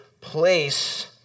place